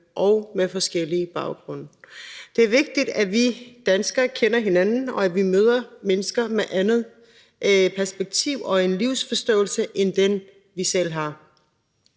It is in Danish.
og med forskellige baggrunde. Det er vigtigt, at vi danskere kender hinanden, og at vi møder mennesker med et andet perspektiv og en anden livsforståelse end den, vi selv har.